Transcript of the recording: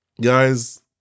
guys